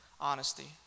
honesty